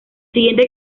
siguiente